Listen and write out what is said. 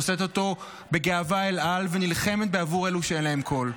נושאת אותו בגאווה אל על ונלחמת עבור אלה שאין להם קול.